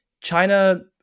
China